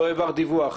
לא העברת דיווח,